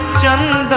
javelin